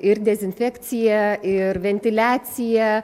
ir dezinfekcija ir ventiliacija